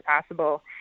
possible